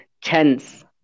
chance